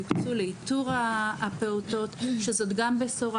יוקצו לאיתור הפעוטות שזאת גם בשורה,